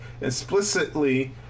explicitly